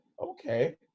Okay